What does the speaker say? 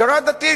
הכרה דתית.